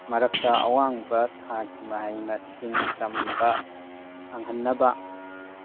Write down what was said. ꯃꯔꯛꯇ ꯑꯋꯥꯡꯕ ꯊꯥꯛꯀꯤ ꯃꯍꯩ ꯃꯁꯤꯡ ꯇꯝꯕ ꯐꯪꯍꯟꯅꯕ